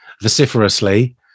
vociferously